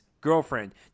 girlfriend